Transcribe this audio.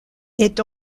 est